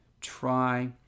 try